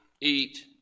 eat